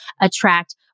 attract